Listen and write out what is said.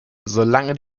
solange